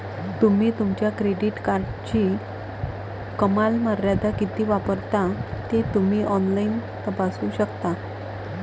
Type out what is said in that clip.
तुम्ही तुमच्या क्रेडिट कार्डची कमाल मर्यादा किती वापरता ते तुम्ही ऑनलाइन तपासू शकता